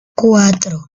cuatro